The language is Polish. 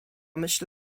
myśl